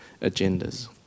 agendas